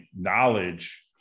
knowledge